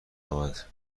آمد